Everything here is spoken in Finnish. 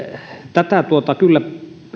tätä kyllä